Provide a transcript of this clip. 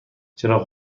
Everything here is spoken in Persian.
چراغ